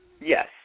Yes